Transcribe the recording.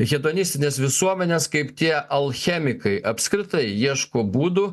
hedonistinės visuomenės kaip tie alchemikai apskritai ieško būdų